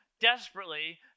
desperately